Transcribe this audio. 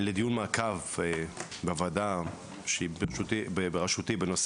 לדיון מעקב בוועדה שהיא בראשותי בנושא